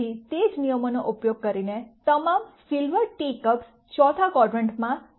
ફરીથી તે જ નિયમનો ઉપયોગ કરીને તમામ સિલ્વર ટીકપ્સ ચોથા ક્વાડ્રન્ટમાં c cos